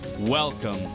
Welcome